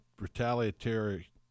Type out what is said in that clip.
retaliatory